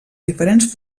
diferents